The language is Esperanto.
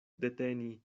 deteni